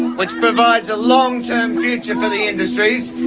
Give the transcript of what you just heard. which provides a long-term future for the industries.